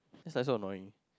that's like so annoying